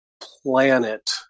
planet